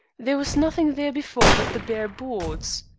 there was nothing there before but the bare boards.